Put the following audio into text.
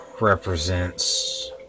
represents